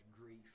grief